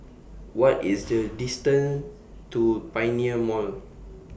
What IS The distance to Pioneer Mall